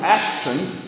actions